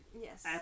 yes